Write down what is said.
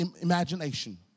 imagination